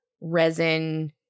resin